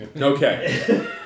Okay